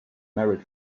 married